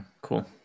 cool